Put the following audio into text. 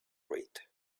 read